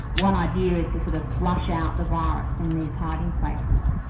one idea is to sort of flush out the virus from these hiding places.